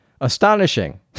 astonishing